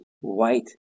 white